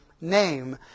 name